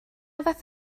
fath